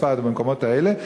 בצפת ובמקומות האלה,